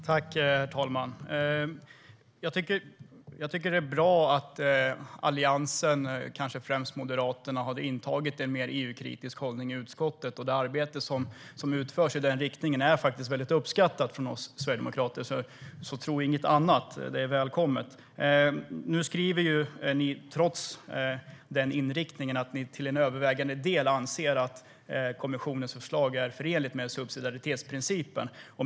Herr talman! Jag tycker att det är bra att Alliansen och kanske främst Moderaterna har intagit en mer EU-kritisk hållning i utskottet. Det arbete som utförs i den riktningen är väldigt uppskattat av oss sverigedemokrater, tro inget annat. Trots den inriktningen skriver ni att ni till övervägande del anser att kommissionens förslag är förenligt med subsidiaritetsprincipen.